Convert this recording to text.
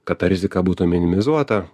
kad ta rizika būtų minimizuota